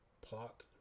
plot